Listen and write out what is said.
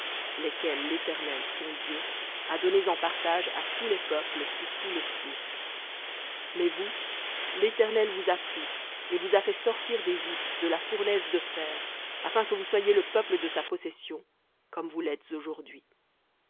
lesquels l'éternel ton dieu a donnés en partage à tous les peuples sous tous les cieux mais vous l'éternel vous a pris et vous a fait sortir d'égypte de la fournaise de fer afin que vous soyez le peuple de sa possession comme aujourd'hui